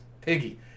Piggy